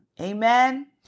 Amen